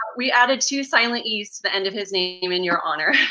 we added two silent es to the end of his name in your honor.